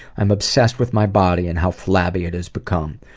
i'm obsessed with my body and how flabby it has become.